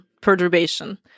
perturbation